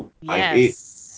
Yes